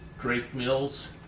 drake mills.